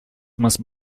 must